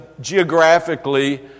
geographically